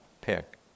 pick